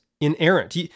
inerrant